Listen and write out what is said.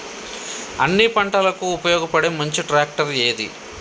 అన్ని పంటలకు ఉపయోగపడే మంచి ట్రాక్టర్ ఏది?